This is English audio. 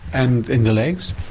and in the legs?